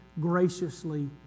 graciously